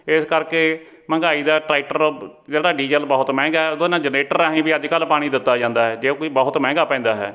ਇਸ ਕਰਕੇ ਮਹਿੰਗਾਈ ਦਾ ਟਰੈਕਟਰ ਜਿਹੜਾ ਡੀਜ਼ਲ ਬਹੁਤ ਮਹਿੰਗਾ ਉਦੋਂ ਨਾ ਜਨਰੇਟਰ ਰਾਹੀਂ ਵੀ ਅੱਜ ਕੱਲ੍ਹ ਪਾਣੀ ਦਿੱਤਾ ਜਾਂਦਾ ਹੈ ਜੋ ਕਿ ਬਹੁਤ ਮਹਿੰਗਾ ਪੈਂਦਾ ਹੈ